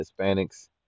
Hispanics